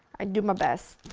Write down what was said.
i do my best.